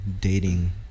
dating